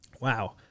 Wow